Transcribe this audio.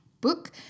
book